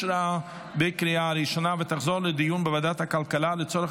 לוועדת הכלכלה נתקבלה.